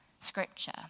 Scripture